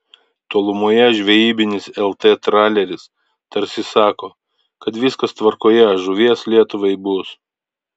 tolumoje žvejybinis lt traleris tarsi sako kad viskas tvarkoje žuvies lietuvai bus